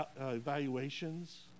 evaluations